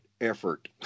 effort